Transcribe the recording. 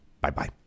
Bye-bye